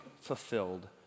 fulfilled